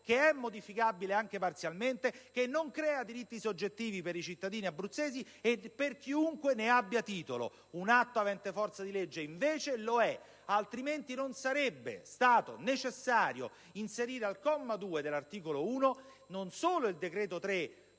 modificabile anche parzialmente e non crea diritti soggettivi per i cittadini abruzzesi e per chiunque ne abbia titolo. Un atto avente forza di legge, invece, lo è; altrimenti non sarebbe stato necessario inserire al comma 2 dell'articolo 1, non solo il decreto n.